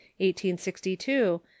1862